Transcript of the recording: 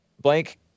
blank